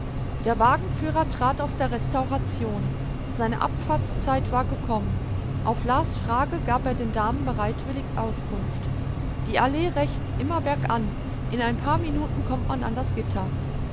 der wagenführer trat aus der restauration seine abfahrtszeit war gekommen auf las frage gab er den damen bereitwillig auskunft die allee rechts immer bergan in ein paar minuten kommt man an das gitter